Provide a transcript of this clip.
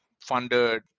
funded